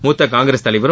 மூத்த காங்கிரஸ் தலைவரும்